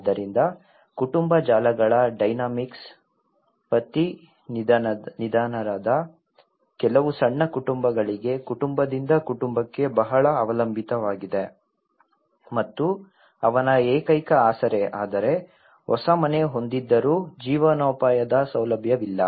ಆದ್ದರಿಂದ ಕುಟುಂಬ ಜಾಲಗಳ ಡೈನಾಮಿಕ್ಸ್ ಪತಿ ನಿಧನರಾದ ಕೆಲವು ಸಣ್ಣ ಕುಟುಂಬಗಳಿಗೆ ಕುಟುಂಬದಿಂದ ಕುಟುಂಬಕ್ಕೆ ಬಹಳ ಅವಲಂಬಿತವಾಗಿದೆ ಮತ್ತು ಅವನ ಏಕೈಕ ಆಸರೆ ಆದರೆ ಹೊಸ ಮನೆ ಹೊಂದಿದ್ದರೂ ಜೀವನೋಪಾಯದ ಸೌಲಭ್ಯವಿಲ್ಲ